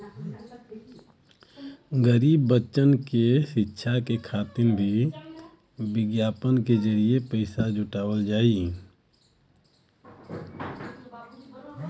गरीब बच्चन क शिक्षा खातिर भी विज्ञापन के जरिये भी पइसा जुटावल जाला